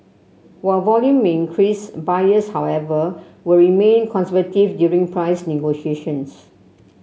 while volume may increase buyers however will remain conservative during price negotiations